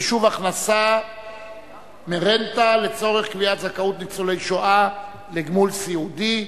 חישוב הכנסה מרנטה לצורך קביעת זכאות ניצולי השואה לגמלת סיעוד).